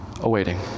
awaiting